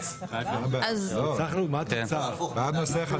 הצבעה אושר.